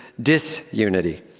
disunity